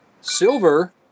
silver